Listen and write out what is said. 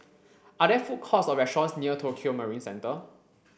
are there food courts or restaurants near Tokio Marine Centre